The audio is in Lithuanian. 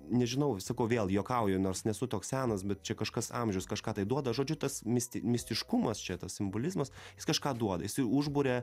nežinau sakau vėl juokauju nors nesu toks senas bet čia kažkas amžius kažką tai duoda žodžiu tas misti mistiškumas čia tas simbolizmas jis kažką duoda jisai užburia